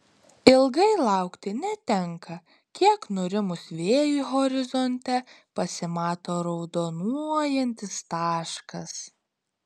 ilgai laukti netenka kiek nurimus vėjui horizonte pasimato raudonuojantis taškas